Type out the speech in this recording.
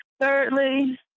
Thirdly